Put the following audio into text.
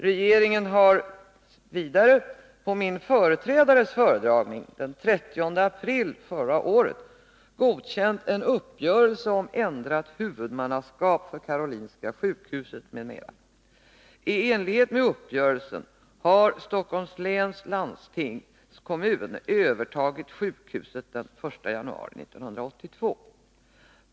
Regeringen har vidare på min företrädares föredragning den 30 april 1981 godkänt en uppgörelse om ändrat huvudmannaskap för Karolinska sjukhuset m.m. I enlighet med uppgörelsen har Stockholms läns landstingskommun övertagit sjukhuset den 1 januari 1982.